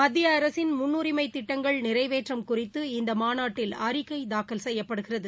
மத்திய அரசின் முன்னுரிமை திட்டங்கள் நிறைவேற்றம் குறித்து இந்த மாநாட்டில் அறிக்கை தாக்கல் செய்யப்படுகிறது